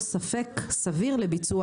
נראה לי סביר מאוד.